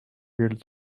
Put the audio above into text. build